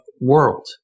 world